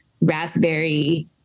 raspberry